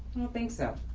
think so.